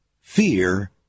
fear